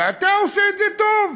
ואתה עושה את זה טוב.